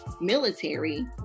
military